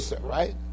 right